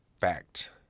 fact